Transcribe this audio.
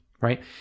right